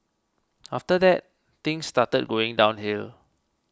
after that things started going downhill